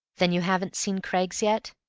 then you haven't seen craggs yet?